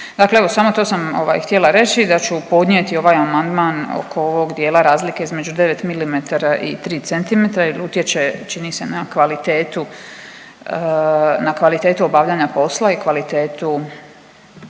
Dakle evo, samo to sam ovaj, htjela reći, da ću podnijeti ovaj amandman oko ovog dijela razlike između 9 mm i 3 cm jer utječe, čini se, na kvalitetu, na kvalitetu obavljanja posla i kvalitetu